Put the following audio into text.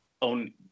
on